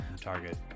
target